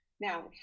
Now